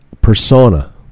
persona